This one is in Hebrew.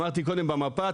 אמרתי קודם במפה,